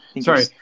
sorry